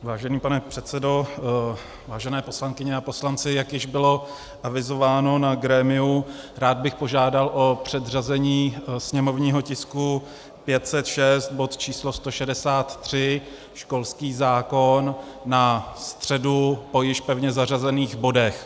Vážený pane předsedo, vážené poslankyně a poslanci, jak již bylo avizováno na grémiu, rád bych požádal o předřazení sněmovního tisku 506, bod číslo 163, školský zákon, na středu po již pevně zařazených bodech.